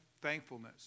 thankfulness